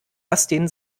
dustin